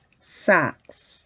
socks